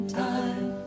time